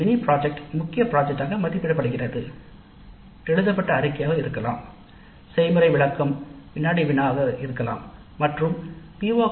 mini திட்டம் முக்கிய திட்டமாக மதிப்பிடப்படுகிறது எழுதப்பட்ட அறிக்கை ஒரு வைவா மற்றும் பி